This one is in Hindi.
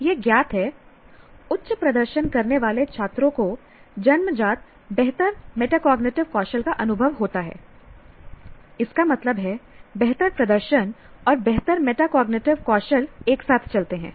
यह ज्ञात है उच्च प्रदर्शन करने वाले छात्रों को जन्मजात बेहतर मेटाकॉग्निटिव कौशल का अनुभव होता है इसका मतलब है बेहतर प्रदर्शन और बेहतर मेटाकॉग्निटिव कौशल एक साथ चलते हैं